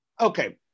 Okay